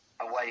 away